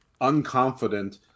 unconfident